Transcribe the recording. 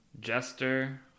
jester